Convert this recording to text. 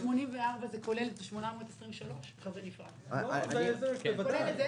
948 זה כולל 823. זה כולל את זה,